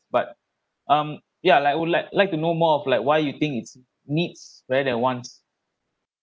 but um yeah like would like like to know more of like why you think it's needs rather than wants